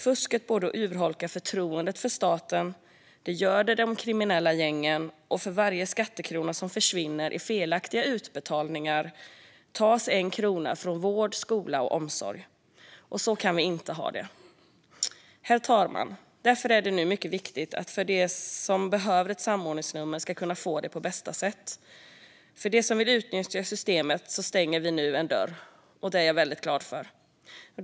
Fusket både urholkar förtroendet för staten och göder de kriminella gängen. För varje skattekrona som försvinner i felaktiga utbetalningar tas en krona från vård, skola och omsorg. Så kan vi inte ha det. Herr talman! Därför är det nu mycket viktigt att de som behöver ett samordningsnummer ska kunna få det på bästa sätt. För dem som vill utnyttja systemet stänger vi nu en dörr, och det är jag väldigt glad för.